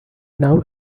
now